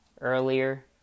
earlier